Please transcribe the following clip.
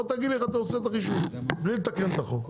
בוא תגיד לי איך אתה עושה את הרישום בלי לתקן את החוק,